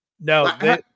No